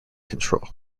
control